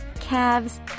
calves